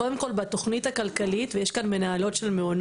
קודם כל בתוכנית הכלכלית ויש כאן מנהלות של מעונות,